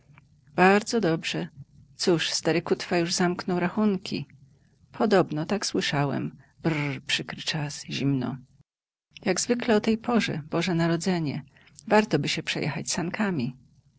bardzo dobrze cóż stary kutwa już zamknął rachunki podobno tak słyszałem brrr przykry czas zimno jak zwykle o tej porze boże narodzenie wartoby się przejechać